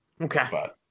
Okay